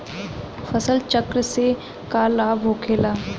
फसल चक्र से का लाभ होखेला?